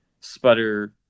sputter